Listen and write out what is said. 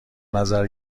نظر